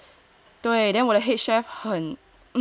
对 then 我的 head chef